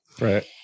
Right